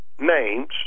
names